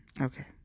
okay